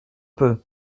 peu